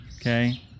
okay